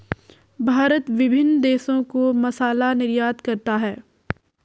भारत विभिन्न देशों को मसाला निर्यात करता है